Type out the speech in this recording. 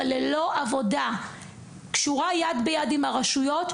אבל ללא עבודה בשורה יד ביד עם הרשויות,